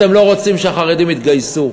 אתם לא רוצים שהחרדים יתגייסו,